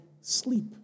sleep